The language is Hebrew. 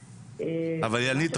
אילנית,